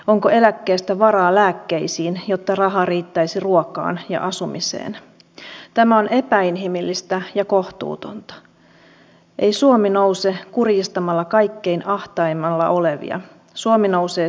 kaksi niistä meni nurin laman aikana yksi niistä lopetettiin vapaaehtoisesti yksi jatkaa edelleen ihan normiyrityksenä ja yksi näistä yrityksistä on suomen johtava alansa yritys